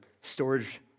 storage